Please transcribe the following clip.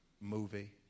movie